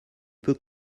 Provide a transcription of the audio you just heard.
peux